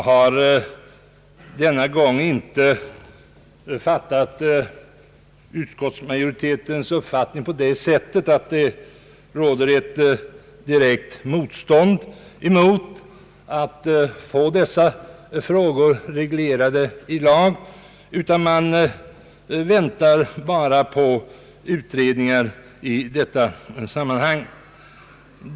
Herr talman! Jag har inte uppfattat utskottsmajoritetens = ställningstagande denna gång på det sättet att det på det hållet råder ett direkt motstånd mot att få dessa frågor reglerade i lag. Tydligen väntar man bara på resultaten från vissa utredningar.